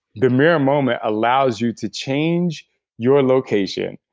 the mirror moment allows you to change your location,